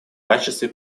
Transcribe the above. качестве